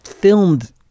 Filmed